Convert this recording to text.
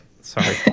sorry